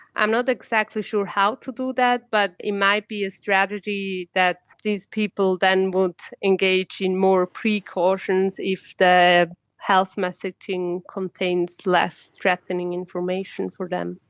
i'm not exactly sure how to do that, but it might be a strategy that these people then would engage in more precautions if the health messaging contains less threatening information for them.